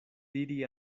diri